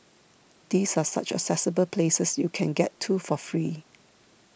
these are such accessible places you can get to for free